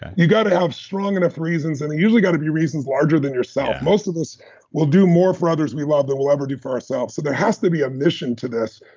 you've got to have strong enough reasons and it usually got to be reasons larger than yourself. most of us will do more for others we love than we'll ever do for ourselves, so there has to be a mission to this.